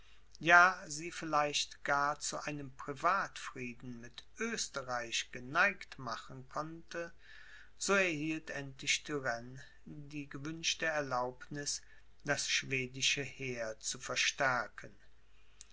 ja sie vielleicht gar zu einem privatfrieden mit oesterreich geneigt machen konnte so erhielt endlich turenne die gewünschte erlaubniß das schwedische heer zu verstärken